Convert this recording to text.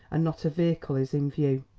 and not a vehicle is in view.